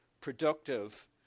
productive